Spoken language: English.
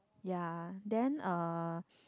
ya then uh